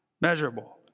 measurable